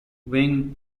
wing